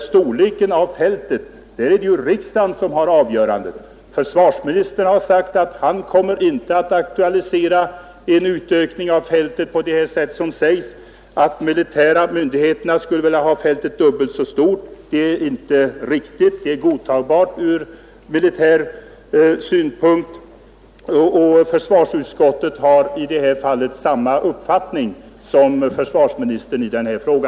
Storleken av fältet skall avgöras av riksdagen. Försvarsministern har sagt att han inte kommer att aktualisera en utökning av fältet på det sätt som här uppgivits. Det är inte riktigt att de militära myndigheterna skulle vilja ha fältet dubbelt så stort. Fältet är godtagbart ur militär synpunkt, och försvarsutskottet har samma uppfattning som försvarsministern i denna fråga.